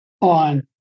on